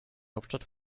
hauptstadt